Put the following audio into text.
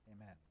amen